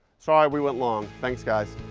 sorry we went long, thanks guys.